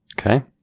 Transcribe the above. Okay